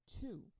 two